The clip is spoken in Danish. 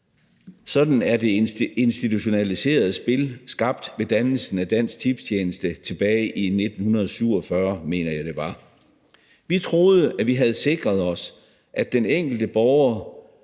Sådan er det institutionaliserede spil skabt ved dannelsen af Dansk Tipstjeneste tilbage i 1947, mener jeg det var. Vi troede, at vi havde sikret den enkelte borger